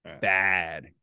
Bad